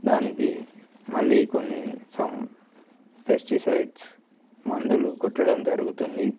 దానికి మళ్లీ కొన్ని సమ్ పెస్టిసైడ్స్ మందులు కొట్టడం జరుగుతుంది